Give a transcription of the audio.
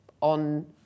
on